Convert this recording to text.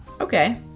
okay